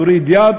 תוריד יד,